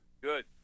Good